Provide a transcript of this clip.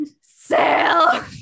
sail